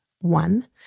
one